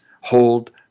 hold